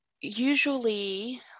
usually